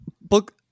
book